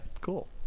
cool